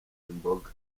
imboga